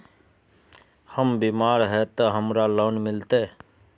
हम बीमार है ते हमरा लोन मिलते?